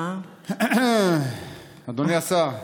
אדוני השר,